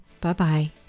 Bye-bye